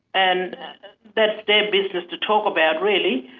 and that's their business to talk about really.